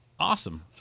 Awesome